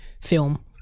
film